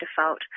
default